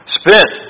spent